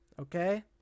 okay